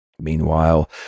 Meanwhile